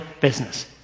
business